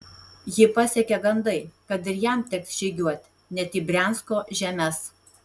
jį pasiekė gandai kad ir jam teks žygiuoti net į briansko žemes